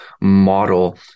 model